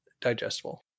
digestible